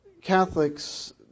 Catholics